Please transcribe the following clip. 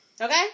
Okay